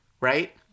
Right